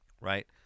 right